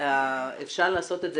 ואפשר לעשות את זה,